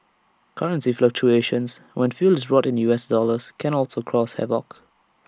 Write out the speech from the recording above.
currency fluctuations when fuel is bought in U S dollars can also cause havoc